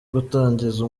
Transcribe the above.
gutangiza